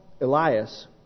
Elias